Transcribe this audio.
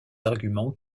arguments